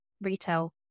retail